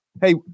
Hey